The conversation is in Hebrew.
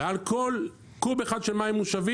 ועל כל קוב אחד של מים מושבים,